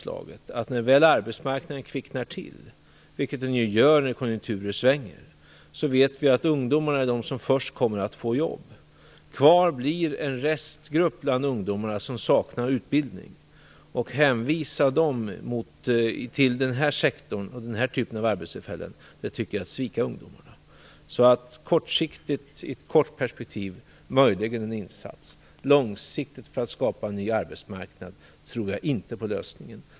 Men när arbetsmarknaden väl kvicknar till, vilket den ju gör när konjunkturen svänger, vet vi att ungdomarna är de som först kommer att få jobb. Kvar blir en restgrupp ungdomar som saknar utbildning. Att hänvisa dem till den här typen av arbeten tycker jag är att svika ungdomarna. I ett kort perspektiv kan jag möjligen tänka mig en insats. För att långsiktigt skapa en ny arbetsmarknad tror jag inte på den lösningen.